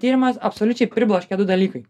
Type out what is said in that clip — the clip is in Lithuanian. tyrimas absoliučiai pribloškė du dalykai